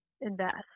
invest